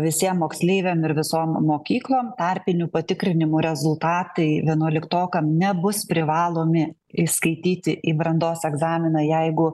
visiem moksleiviam ir visom mokyklom tarpinių patikrinimų rezultatai vienuoliktokam nebus privalomi įskaityti į brandos egzaminą jeigu